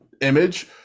image